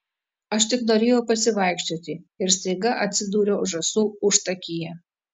aš tik norėjau pasivaikščioti ir staiga atsidūriau žąsų užtakyje